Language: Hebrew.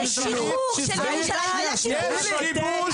היה כיבוש